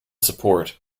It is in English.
support